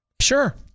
Sure